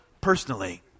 personally